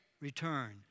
return